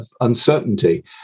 uncertainty